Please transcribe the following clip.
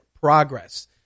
progress